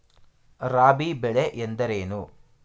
ರಾಬಿ ಬೆಳೆ ಎಂದರೇನು?